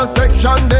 Section